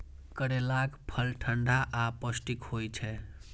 करैलाक फल ठंढा आ पौष्टिक होइ छै